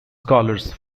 scholars